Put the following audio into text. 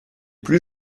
plus